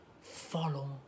Follow